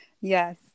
Yes